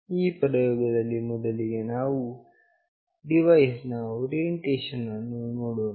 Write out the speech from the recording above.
ಈ ಪ್ರಯೋಗದಲ್ಲಿ ಮೊದಲಿಗೆ ನಾವು ಡಿವೈಸ್ ನ ಓರಿಯೆಂಟೇಷನ್ ಅನ್ನು ನೋಡೋಣ